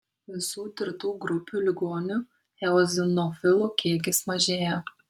visų tirtų grupių ligonių eozinofilų kiekis mažėja